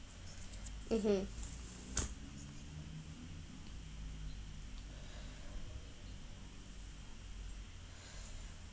mmhmm